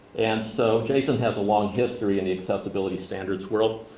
and so jason has a long history in the accessibility standards world,